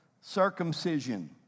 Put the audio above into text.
Circumcision